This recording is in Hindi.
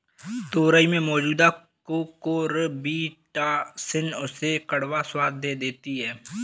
तोरई में मौजूद कुकुरबिटॉसिन उसे कड़वा स्वाद दे देती है